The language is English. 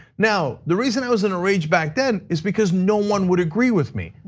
now the reason i was in a rage back then is because no one would agree with me.